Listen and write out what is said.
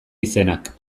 izenak